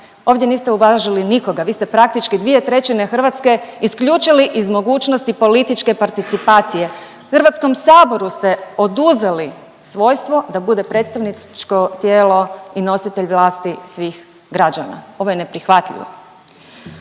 Ovdje niste uvažili nikoga, vi ste praktički 2/3 Hrvatske isključili iz mogućnosti političke participacije. Hrvatskom saboru ste oduzeli svojstvo da bude predstavničko tijelo i nositelj vlasti svih građana. Ovo je neprihvatljivo.